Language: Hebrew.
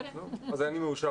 אז אני מאושר